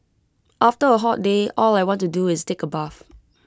after A hot day all I want to do is take A bath